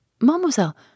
Mademoiselle